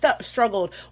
struggled